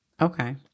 Okay